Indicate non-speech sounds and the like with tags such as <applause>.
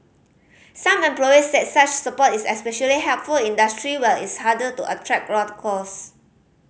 some employers said such support is especially helpful industry where it's harder to attract <unintelligible>